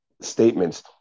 statements